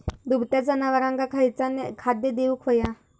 दुभत्या जनावरांका खयचा खाद्य देऊक व्हया?